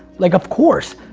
like of course,